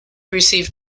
received